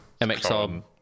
MXR